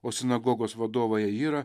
o sinagogos vadovą eirą